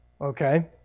Okay